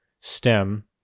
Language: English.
stem